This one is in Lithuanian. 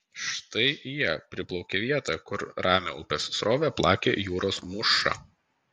štai jie priplaukė vietą kur ramią upės srovę plakė jūros mūša